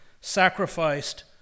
sacrificed